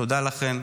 תודה לכן,